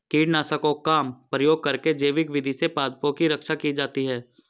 कीटनाशकों का प्रयोग करके जैविक विधि से पादपों की रक्षा की जाती है